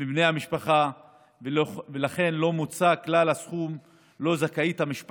מבני המשפחה ולכן לא מוצה כלל הסכום שהמשפחה זכאית לו.